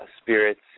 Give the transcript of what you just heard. spirits